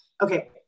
Okay